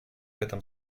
этом